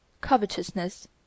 covetousness